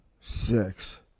six